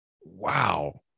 wow